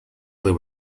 there